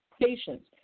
patients